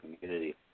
community